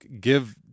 give